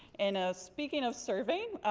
and ah speaking of serving,